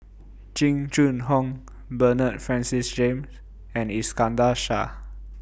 Jing Jun Hong Bernard Francis James and Iskandar Shah